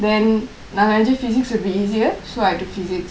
then நன் நினைச்சேன்:naan nenachen physics would be easier so I took physics